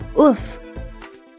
oof